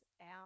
out